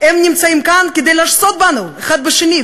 נמצאים כאן כדי לשסות אותנו האחד בשני.